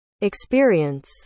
experience